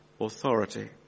authority